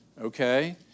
Okay